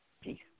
peace